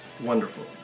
Wonderful